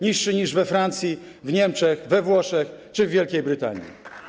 Niższy niż we Francji, w Niemczech, we Włoszech czy w Wielkiej Brytanii.